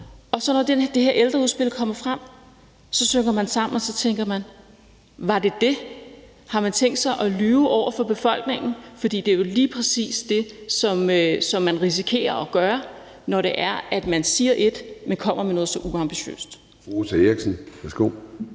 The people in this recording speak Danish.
Og da det her ældreudspil så kommer frem, synker man sammen, og så tænker man: Var det dét? Har regeringen tænkt sig at lyve over for befolkningen? For det er jo lige præcis det, den risikerer at gøre, når den siger et, men kommer med noget så uambitiøst.